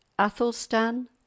Athelstan